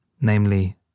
namely